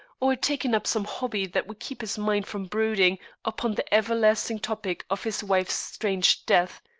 or taken up some hobby that would keep his mind from brooding upon the everlasting topic of his wife's strange death.